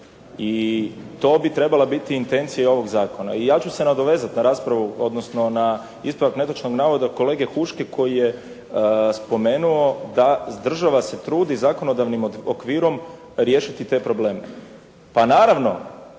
i to bi trebala biti intencija ovoga zakona. I ja ću se nadovezati na raspravu, odnosno na ispravak netočnog navoda, kolege Huške koji je spomenuo da država se trudi zakonodavnim okvirom riješiti te probleme. Pa naravno